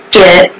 get